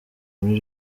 muri